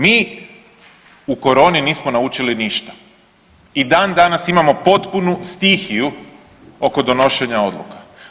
Mi u koroni nismo naučili ništa i dan danas imamo potpunu stihiju oko donošenja odluka.